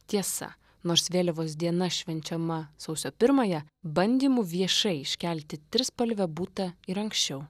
tiesa nors vėliavos diena švenčiama sausio pirmąją bandymų viešai iškelti trispalvę būta ir anksčiau